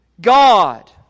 God